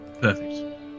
Perfect